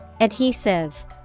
Adhesive